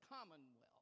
Commonwealth